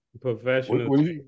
Professional